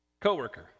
co-worker